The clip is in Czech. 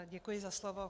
Děkuji za slovo.